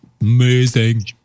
Amazing